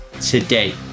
today